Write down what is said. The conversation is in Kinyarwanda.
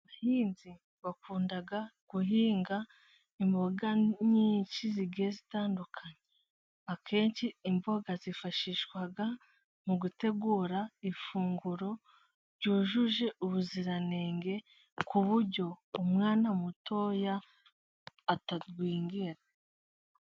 Abahinzi bakunda guhinga imboga nyinshi zigenda zitandukanye. Akenshi imboga zifashishwa mu gutegura ifunguro ryujuje ubuziranenge, ku buryo umwana mutoya atagwingira.